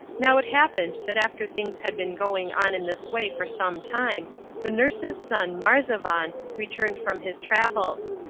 now it happened that after things had been going on in this way for some time the nurse's son marzavan returned from his travels.